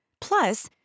Plus